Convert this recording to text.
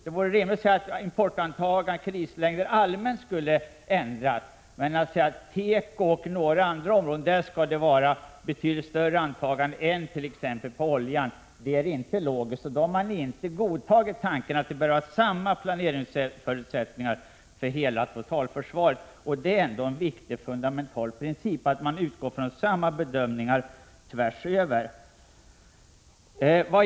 Det vore rimligt att säga att importantagandena allmänt skulle ändras, men att säga att i fråga om teko och några andra områden skall det vara betydligt större antaganden än t.ex. för oljan är inte logiskt. Då har man inte godtagit tanken att samma planeringsförutsättningar bör gälla för hela totalförsvaret. Det är ändå en fundamental princip att man utgår från samma bedömningar tvärs över.